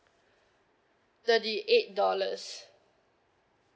thirty eight dollars